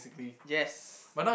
yes